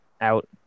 out